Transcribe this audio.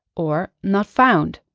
or not found.